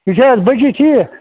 یہِ چھِ حظ بچی ٹھیٖک